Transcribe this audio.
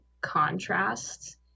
contrasts